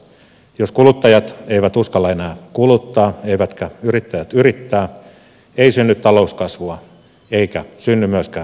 jos kuluttajat eivät uskalla enää kuluttaa eivätkä yrittäjät yrittää ei synny talouskasvua eikä synny myöskään verotuloja